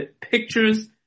pictures